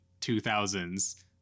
2000s